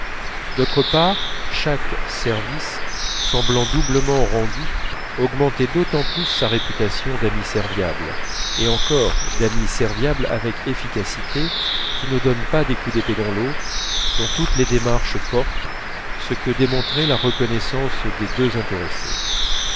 d'autre part chaque service semblant doublement rendu augmentait d'autant plus sa réputation d'ami serviable et encore d'ami serviable avec efficacité qui ne donne pas des coups d'épée dans l'eau dont toutes les démarches portent ce que démontrait la reconnaissance des deux intéressés